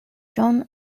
john